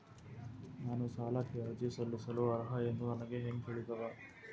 ನಾನು ಸಾಲಕ್ಕೆ ಅರ್ಜಿ ಸಲ್ಲಿಸಲು ಅರ್ಹ ಎಂದು ನನಗೆ ಹೆಂಗ್ ತಿಳಿತದ?